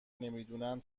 نمیدونن